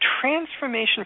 transformation